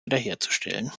wiederherzustellen